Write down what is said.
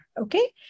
okay